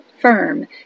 firm